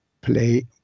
play